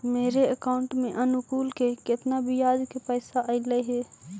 मेरे अकाउंट में अनुकुल केतना बियाज के पैसा अलैयहे?